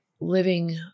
living